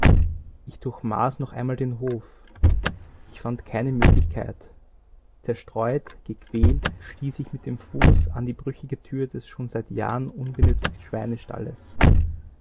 ich durchmaß noch einmal den hof ich fand keine möglichkeit zerstreut gequält stieß ich mit dem fuß an die brüchige tür des schon seit jahren unbenützten schweinestalles